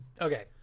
Okay